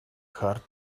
hard